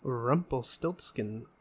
Rumpelstiltskin